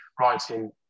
writing